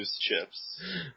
chips